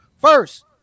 first